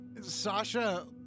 Sasha